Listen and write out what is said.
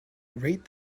rate